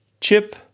Chip